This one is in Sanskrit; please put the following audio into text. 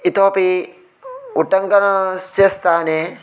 इतोपि उट्टङ्कणस्य स्थाने